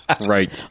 Right